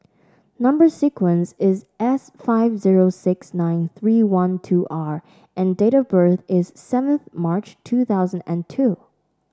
number sequence is S five zero six nine three one two R and date of birth is seventh March two thousand and two